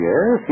Yes